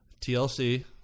TLC